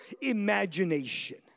imagination